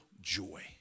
joy